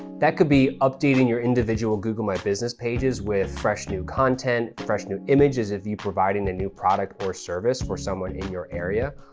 that could be updating your individual google my business pages with fresh new content, fresh new images of you providing a new product or service for someone in your area.